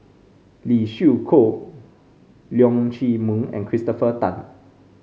Lee Siew Choh Leong Chee Mun and Christopher Tan